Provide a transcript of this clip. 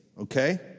okay